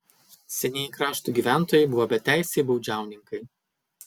senieji krašto gyventojai buvo beteisiai baudžiauninkai